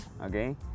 okay